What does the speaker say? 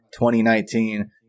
2019